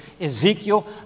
Ezekiel